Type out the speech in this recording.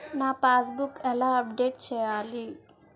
నా passbook ఎలా update చేయాలి?